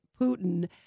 Putin